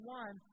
one